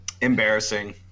embarrassing